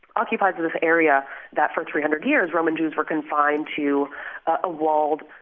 occupies this area that for three hundred years roman jews were confined to a walled,